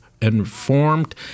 Informed